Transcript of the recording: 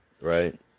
right